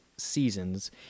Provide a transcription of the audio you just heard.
Seasons